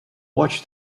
watch